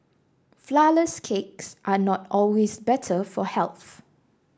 flourless cakes are not always better for health